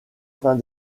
fin